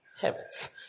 heavens